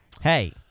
Hey